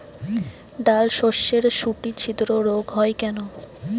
ডালশস্যর শুটি ছিদ্র রোগ হয় কেন?